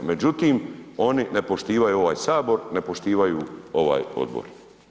Međutim, oni ne poštivaju ovaj Sabor, ne poštivaju ovaj odbor.